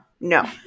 no